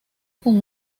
con